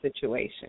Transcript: situation